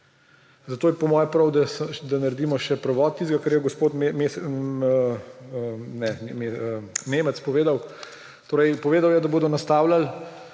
Zato je po moje prav, da naredimo še prevod tistega, kar je gospod Nemec povedal. Torej povedal